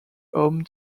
home